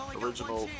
original